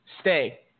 stay